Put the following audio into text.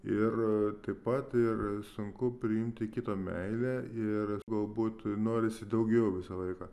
ir taip pat ir sunku priimti kito meilę ir galbūt norisi daugiau visą laiką